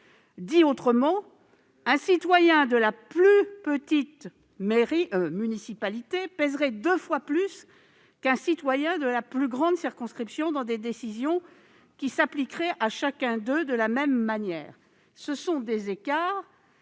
Dit autrement, un citoyen de la plus petite municipalité pèserait deux fois plus qu'un citoyen de la plus grande circonscription dans des décisions qui s'appliqueraient à chacun d'eux de la même manière. Ce sont des écarts